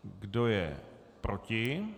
Kdo je proti?